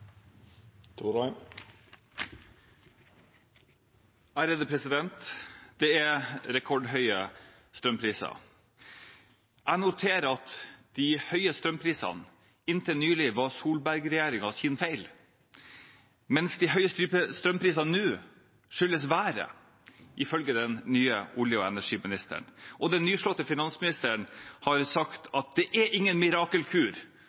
Det er rekordhøye strømpriser. Jeg noterer meg at de høye strømprisene inntil nylig var Solberg-regjeringens feil, mens de høye strømprisene nå skyldes været, ifølge den nye olje- og energiministeren. Den nyslåtte finansministeren har sagt at det er ingen mirakelkur